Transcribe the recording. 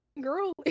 girl